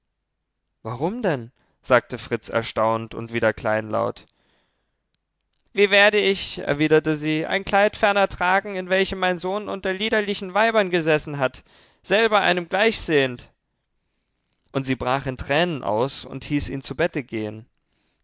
warum denn sagte fritz erstaunt und wieder kleinlaut wie werde ich erwiderte sie ein kleid ferner tragen in welchem mein sohn unter liederlichen weibern gesessen hat selber einem gleichsehend und sie brach in tränen aus und hieß ihn zu bette gehen